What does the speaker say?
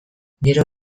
gero